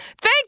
Thank